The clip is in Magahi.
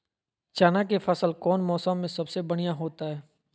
चना के फसल कौन मौसम में सबसे बढ़िया होतय?